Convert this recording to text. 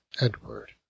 Edward